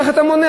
איך אתה מונע?